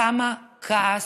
כמה כעס,